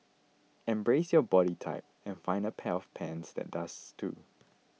embrace your body type and find a pair of pants that does too